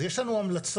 יש לנו המלצות.